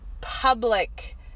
public